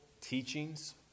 teachings